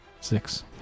Six